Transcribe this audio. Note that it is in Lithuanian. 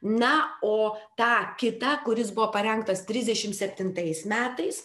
na o tą kitą kuris buvo parengtas trisdešim septintais metais